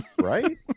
Right